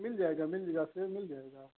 मिल जायेगा मेरे हिसाब से मिल जायेगा